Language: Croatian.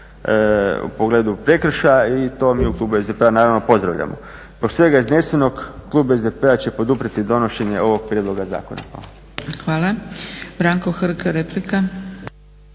u pogledu prekršaja i to mi u klubu SDP-a naravno pozdravljamo. Zbog svega iznesenog klub SDP-a će poduprijeti donošenje ovog prijedloga zakona. **Zgrebec, Dragica